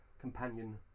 companion